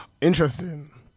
interesting